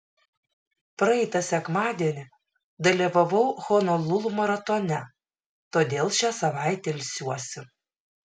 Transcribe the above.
praeitą sekmadienį dalyvavau honolulu maratone todėl šią savaitę ilsiuosi